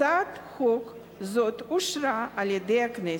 הצעת חוק זאת אושרה על-ידי הכנסת,